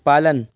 पालन